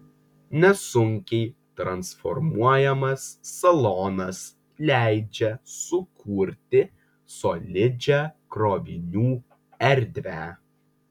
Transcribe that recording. nesunkiai transformuojamas salonas leidžia sukurti solidžią krovinių erdvę